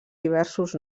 diversos